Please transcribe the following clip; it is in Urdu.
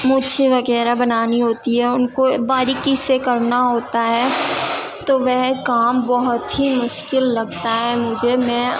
مونچھیں وغیرہ بنانی ہوتی ہے ان کو باریکی سے کرنا ہوتا ہے تو وہ کام بہت ہی مشکل لگتا ہے مجھے میں